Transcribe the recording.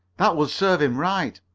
that would serve him right,